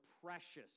precious